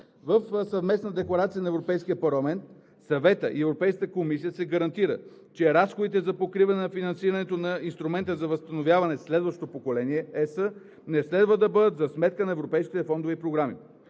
В съвместна декларация на Европейския парламент, Съвета и Европейската комисия се гарантира, че разходите за покриване на финансирането на Инструмента за възстановяване „Следващо поколение ЕС“ не следва да бъдат за сметка на европейските фондове и програми.